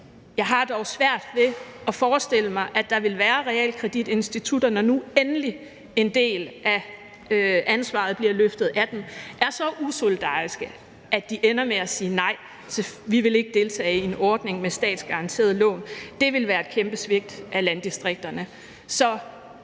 jeg har dog svært ved at forestille mig, at der vil være realkreditinstitutter, når nu endelig en del af ansvaret bliver løftet af dem, som skulle være så usolidariske, at de ender med at sige nej og ikke vil deltage i en ordning med statsgaranterede lån. Det vil være et kæmpe svigt af landdistrikterne.